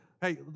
hey